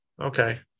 Okay